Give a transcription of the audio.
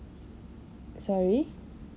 sorry